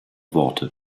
worte